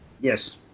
Yes